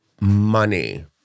money